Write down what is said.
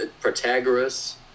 Protagoras